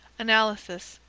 analysis.